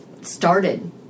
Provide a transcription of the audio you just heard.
started